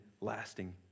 lasting